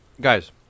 Guys